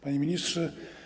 Panie Ministrze!